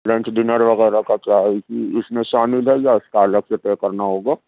lunch dinner وغیرہ کا کیا اِس میں شامل ہے یا اِس کا الگ سے پے کرنا ہوگا